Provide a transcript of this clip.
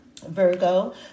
Virgo